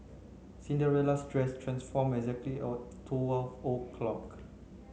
Cinderella's dress transformed exactly at